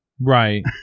Right